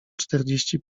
czterdzieści